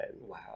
Wow